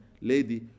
lady